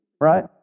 Right